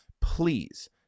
please